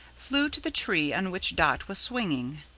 flew to the tree on which dot was swinging.